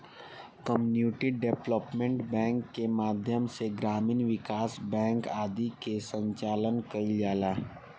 community development bank के माध्यम से ग्रामीण विकास बैंक आदि के संचालन कईल जाला